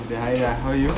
eh hi lah how are you